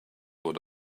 what